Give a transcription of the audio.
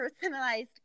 personalized